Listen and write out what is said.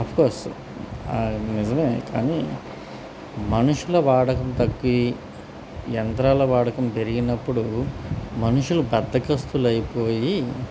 of course నిజమే కానీ మనుషుల వాడకం తగ్గి యంత్రాల వాడకం పెరిగినప్పుడు మనుషులు బద్దకస్తులు అయిపోయి